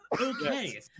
okay